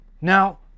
now